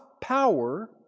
power